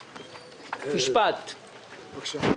בבקשה.